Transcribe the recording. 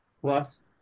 plus